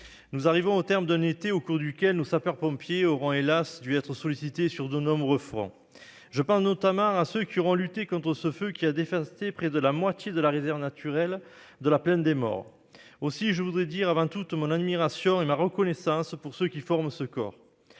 nous arrivons au terme d'un été au cours duquel nos sapeurs-pompiers auront, hélas ! été sollicités sur de nombreux fronts. Je pense notamment à ceux qui ont lutté contre le feu qui a dévasté près de la moitié de la réserve naturelle nationale de la plaine des Maures. Aussi, je voudrais dire avant tout mon admiration et ma reconnaissance pour ceux qui forment ce corps.